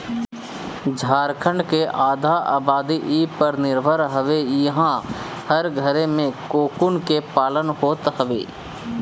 झारखण्ड के आधा आबादी इ पर निर्भर हवे इहां हर घरे में कोकून के पालन होत हवे